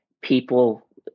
people